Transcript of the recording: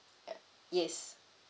ugh yes